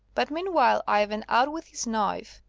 but meanwhile ivan out with his knife,